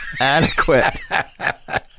adequate